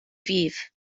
ddydd